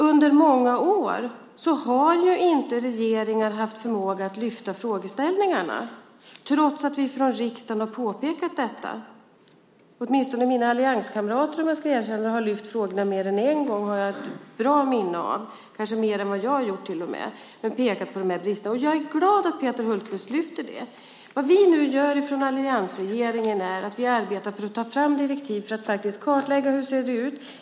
Under många år har inte regeringar haft förmågan att lyfta fram frågeställningarna trots att vi från riksdagen har påpekat detta. Åtminstone har mina allianskamrater lyft fram frågorna mer än en gång; det har jag ett tydligt minne av. Jag får erkänna att de kanske till och med har gjort det mer än vad jag har gjort. Jag är glad att Peter Hultqvist lyfter fram det här. Från alliansregeringen arbetar vi nu för att ta fram direktiv för att kartlägga hur det här ser ut.